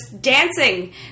dancing